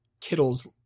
kittles